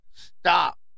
Stop